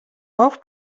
auf